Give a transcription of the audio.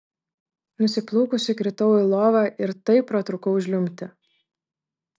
nusiplūkusi kritau į lovą ir taip pratrūkau žliumbti